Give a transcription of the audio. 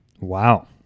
wow